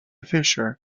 fischer